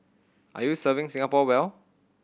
are you serving Singapore well